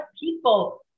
people